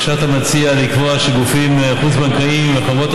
עכשיו אתה מציע לקבוע שגופים חוץ-בנקאיים וחברות